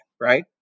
right